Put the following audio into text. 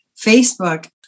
Facebook